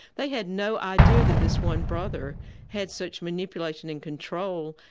they had no idea that this one brother had such manipulation and control,